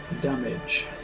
damage